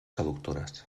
seductores